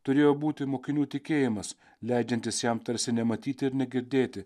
turėjo būti mokinių tikėjimas leidžiantis jam tarsi nematyti ir negirdėti